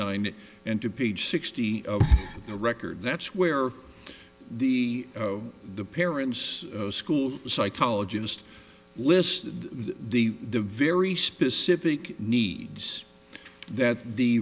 nine and to page sixty the record that's where the the parents school psychologist listed the the very specific needs that the